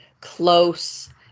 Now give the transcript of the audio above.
close